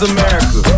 America